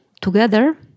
together